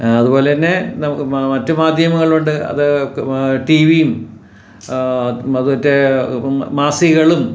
അതുപോലെ തന്നെ നമുക്ക് മറ്റ് മാധ്യമങ്ങളുണ്ട് അത് ടിവിയും അത് മറ്റേ മാസികകളും